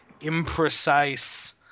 imprecise